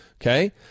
Okay